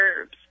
herbs